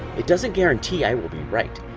it doesn't guarantee i will be right,